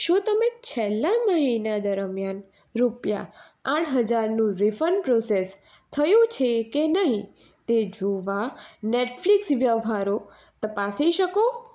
શું તમે છેલ્લા મહિના દરમિયાન રૂપિયા આઠ હજારનું રીફંડ પ્રોસેસ થયું છે કે નહીં તે જોવા નેટફ્લિક્સ વ્યવહારો તપાસી શકો